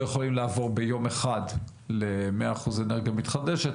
יכולים לעבור ביום אחד ל-100% אנרגיה מתחדשת.